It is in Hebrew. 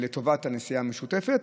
לטובת הנסיעה המשותפת.